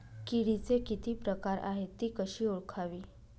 किडीचे किती प्रकार आहेत? ति कशी ओळखावी?